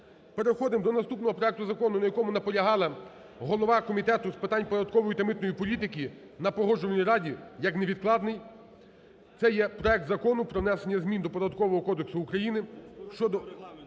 Переходимо до наступного проекту Закону на якому наполягала голова Комітету з питань податкової та митної політики на Погоджувальній раді як невідкладний – це є проект Закону про внесення змін до